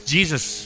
Jesus